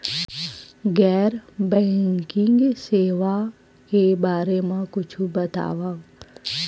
गैर बैंकिंग सेवा के बारे म कुछु बतावव?